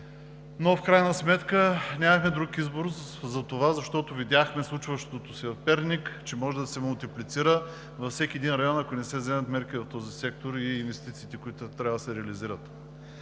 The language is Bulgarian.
В крайна сметка нямахме друг избор за това, защото видяхме случващото се в Перник, че може да се мултиплицира във всеки един район, ако не се вземат мерки в този сектор и инвестициите, които трябва да се реализират.